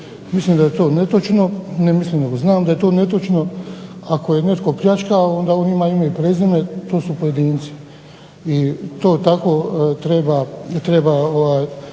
Mislim da je to netočno. Ne mislim nego znam da je to netočno. Ako je netko pljačkao onda on ima ime i prezime, to su pojedinci. I to tako treba